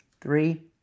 Three